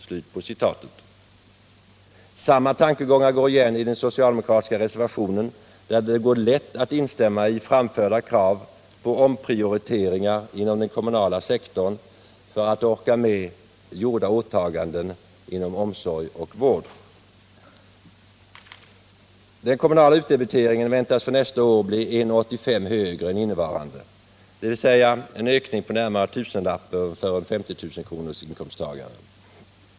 Samma tankegångar går igen i den socialdemokratiska reservationen, där det går lätt att instämma i framförda krav på omprioriteringar inom den kommunala sektorn för att orka med gjorda åtaganden inom omsorg och vård. Den kommunala utdebiteringen väntas för nästa år bli 1,85 högre än innevarande år, dvs. en ökning på närmare tusenlappen för en inkomsttagare med 50 000 kr. i årslön.